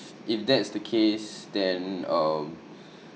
if that's the case then um